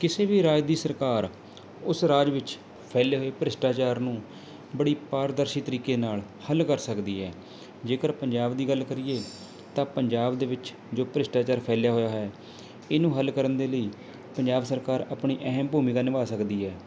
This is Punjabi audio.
ਕਿਸੇ ਵੀ ਰਾਜ ਦੀ ਸਰਕਾਰ ਉਸ ਰਾਜ ਵਿੱਚ ਫੈਲੇ ਹੋਏ ਭ੍ਰਿਸ਼ਟਾਚਾਰ ਨੂੰ ਬੜੀ ਪਾਰਦਰਸ਼ੀ ਤਰੀਕੇ ਨਾਲ ਹੱਲ ਕਰ ਸਕਦੀ ਹੈ ਜੇਕਰ ਪੰਜਾਬ ਦੀ ਗੱਲ ਕਰੀਏ ਤਾਂ ਪੰਜਾਬ ਦੇ ਵਿੱਚ ਜੋ ਭ੍ਰਿਸ਼ਟਾਚਾਰ ਫੈਲਿਆ ਹੋਇਆ ਹੈ ਇਹਨੂੰ ਹੱਲ ਕਰਨ ਦੇ ਲਈ ਪੰਜਾਬ ਸਰਕਾਰ ਆਪਣੀ ਅਹਿਮ ਭੂਮਿਕਾ ਨਿਭਾ ਸਕਦੀ ਹੈ